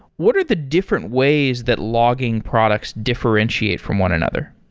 what are the different ways that logging products differentiate from one another?